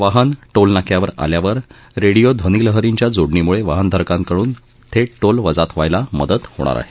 वाहन टोलनाक्यावर आल्यावर रेडीओ ध्वनीलहरींच्या जोडणीम्के वाहनधारकांकडून थेट टोल वजात व्हायला मदत होणार आहे